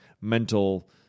mental